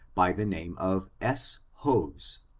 by the name of s. hoes,